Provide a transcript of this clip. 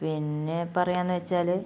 പിന്നെ പറയുകയാണെന്ന് വെച്ചാൽ